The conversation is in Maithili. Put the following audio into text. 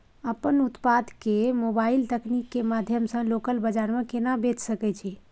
अपन उत्पाद के मोबाइल तकनीक के माध्यम से लोकल बाजार में केना बेच सकै छी?